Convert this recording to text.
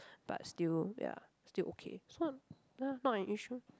but still ya still okay so ya not an issue